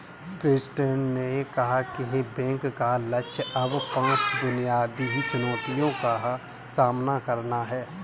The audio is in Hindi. प्रेस्टन ने कहा कि बैंक का लक्ष्य अब पांच बुनियादी चुनौतियों का सामना करना है